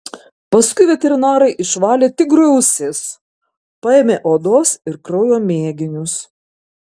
paskui veterinarai išvalė tigrui ausis paėmė odos ir kraujo mėginius